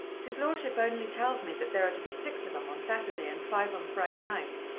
his lordship only tells me that there are to be six of em on saturday and five on friday night.